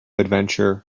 adventure